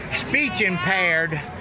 speech-impaired